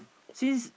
since